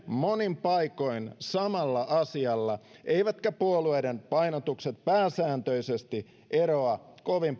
monin paikoin samalla asialla eivätkä puolueiden painotukset pääsääntöisesti eroa kovin